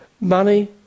money